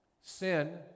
Sin